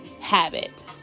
habit